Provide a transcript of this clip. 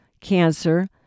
cancer